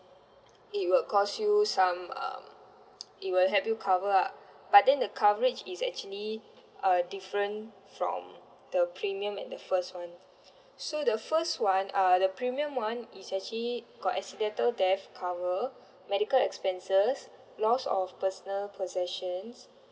it will cost you some um it will help you cover up but then the coverage is actually uh different from the premium and the first one so the first one uh the premium one is actually got accidental death cover medical expenses loss of personal possessions